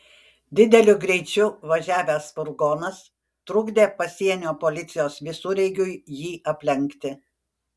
dideliu greičiu važiavęs furgonas trukdė pasienio policijos visureigiui jį aplenkti